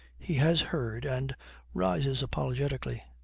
he has heard, and rises apologetically.